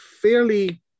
fairly